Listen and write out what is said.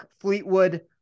Fleetwood